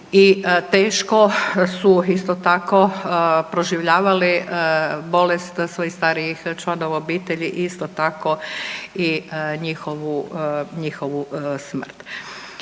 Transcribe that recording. teško su, isto tako, proživljavali bolest svojih starijih članova obitelji, isto tako, i njihovu smrt.